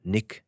Nick